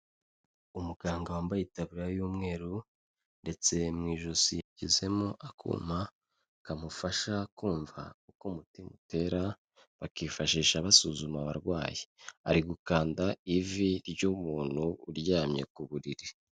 Umuganga wambaye itaburiya y'umweru ndetse mu ijosi yashyizemo akuma kamufasha kumva uko umutima utera, bakifashisha basuzuma abarwayi. Ari gukanda ivi ry'umuntu uryamye ku buriri.